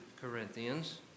Corinthians